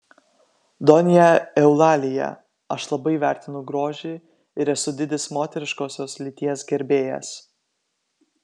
donja eulalija aš labai vertinu grožį ir esu didis moteriškosios lyties gerbėjas